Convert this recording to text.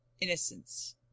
innocence